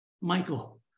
Michael